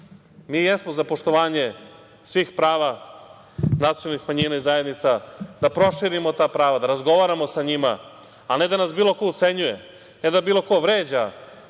mi jesmo za poštovanje svih prava nacionalnih manjina i zajednica, da proširimo ta prava, da razgovaramo sa njima, a ne da nas bilo ko ucenjuje, ne da bilo ko vređa